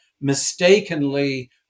mistakenly